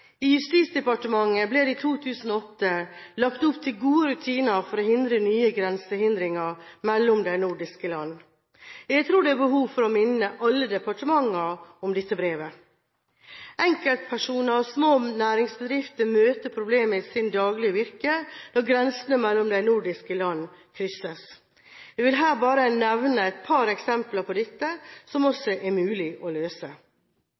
I Justisdepartementet ble det i 2008 lagt opp til gode rutiner for å hindre nye grensehindringer mellom de nordiske land. Jeg tror det er behov for å minne alle departementer om dette brevet. Enkeltpersoner og små næringsbedrifter møter problemer i sitt daglige virke når grensene mellom de nordiske land krysses. Jeg vil her bare nevne et par eksempler på dette, problemer som det er mulig å løse: